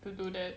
to do that